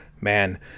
man